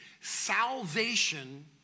Salvation